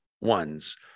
ones